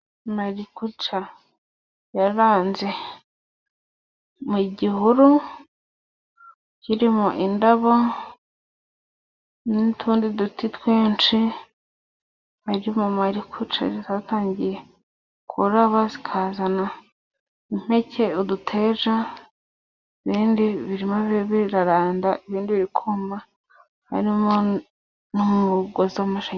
Marikuja yaranze mu gihuru, kirimo indabo n'utundi duti twinshi, harimo marikuja zatangiye kuraba, zikazana impeke uduteja, ibindi birimo biraranda, ibindi birikuma, harimo numugozi w'amashanyarazi.